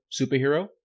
superhero